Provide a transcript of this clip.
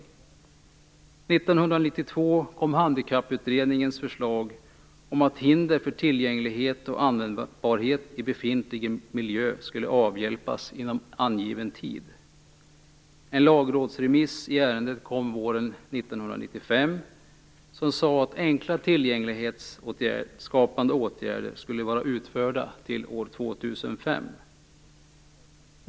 1992 kom Handikapputredningens förslag om att hinder för tillgänglighet och användbarhet i befintlig miljö skulle avhjälpas inom angiven tid. En lagrådsremiss i ärendet kom våren 1995. I den sades att enkla tillgänglighetsskapande åtgärder skulle vara utförda till år 2005.